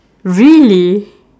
really